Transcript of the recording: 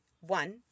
one